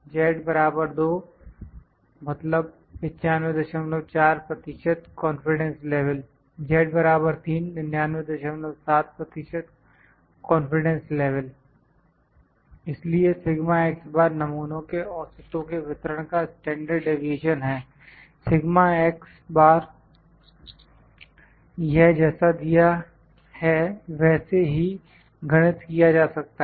z 2 954 confidence level z 3 997 confidence level इसलिए नमूनों के औसतों के वितरण का स्टैंडर्ड डीविएशन है यह जैसा दिया है वैसे ही गणित किया जा सकता है